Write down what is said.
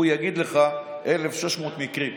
הוא יגיד לך 1,600 מקרים.